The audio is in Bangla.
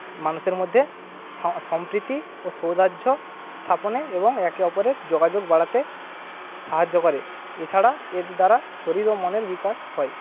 মানুষের মধ্যে সম্প্রীতি ও সৌহার্দ্য স্থাপনে এবং একে অপরের যোগাযোগ বাড়াতে সাহায্য করে এছাড়া এর দ্বারা শরীর ও মনের বিকাশ হয়